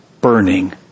burning